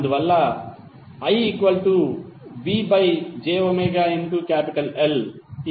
అందువలన IVjωL12∠45j600